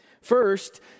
First